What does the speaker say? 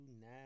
now